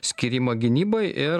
skyrimą gynybai ir